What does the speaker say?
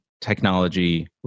technology